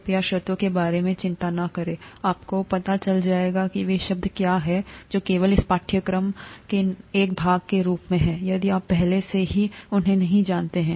कृपया शर्तों के बारे में चिंता न करें आपको पता चल जाएगा कि वे शब्द क्या हैं जो केवल इस पाठ्यक्रम के एक भाग के रूप में हैं यदि आप पहले से ही उन्हें नहीं जानते हैं